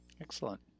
Excellent